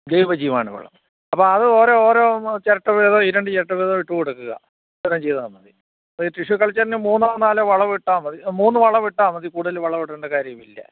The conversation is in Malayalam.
ജൈവജീവാണുവളം അപ്പോൾ അത് ഓരോ ഓരോ ചിരട്ട വീതം ഈരണ്ട് ചിരട്ട വീതം ഇട്ടുകൊടുക്കുക അത്രയും ചെയ്താൽ മതി ഈ റ്റിഷ്യൂ കൾച്ചറിന് മൂന്നോ നാലോ വളം ഇട്ടാൽ മതി മൂന്ന് വളം ഇട്ടാൽ മതി കൂടുതല് വളം ഇടണ്ട കാര്യമില്ല